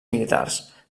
militars